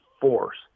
force